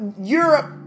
Europe